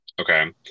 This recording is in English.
Okay